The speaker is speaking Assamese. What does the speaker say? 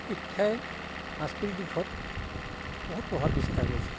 শিক্ষাই সাংস্কৃতিক দিশত বহুত প্ৰভাৱ বিস্তাৰ কৰিছে